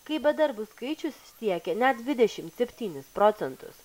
kai bedarbių skaičius siekė net dvidešimt septynis procentus